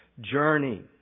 journey